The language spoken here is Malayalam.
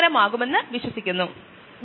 അത് പരിഹരിക്കാൻ ക്ലാസ്സിൽ സമയം നൽകും